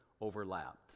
overlapped